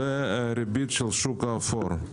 זו ריבית של שוק האפור.